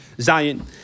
Zion